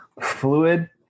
fluid